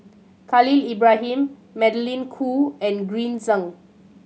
Khalil Ibrahim Magdalene Khoo and Green Zeng